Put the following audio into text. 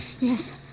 Yes